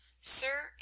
Sir